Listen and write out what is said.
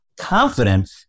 confident